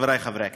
חברי חברי הכנסת,